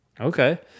Okay